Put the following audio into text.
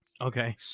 okay